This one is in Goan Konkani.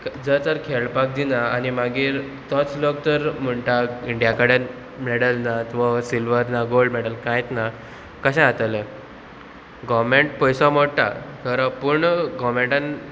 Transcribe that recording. जर तर खेळपाक दिना आनी मागीर तोच लोक तर म्हणटा इंडिया कडेन मॅडल ना वा सिल्वर ना गोल्ड मॅडल कांयच ना कशें जातलें गोवोरमेंट पयसो मोडटा खरो पूण गोवोमेंटान